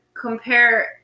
compare